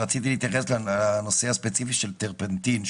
רציתי להתייחס ספציפית לטרפנטין,